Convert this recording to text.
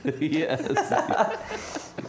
Yes